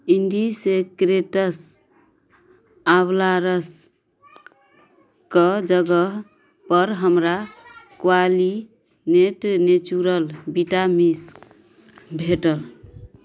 इण्डिसेक्रेट्स आँवला रसके जगहपर हमरा क्वालिनेट नेचुरल विटामिन्स भेटल